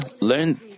learn